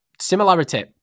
Similarity